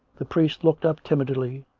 the priest looked up timidly,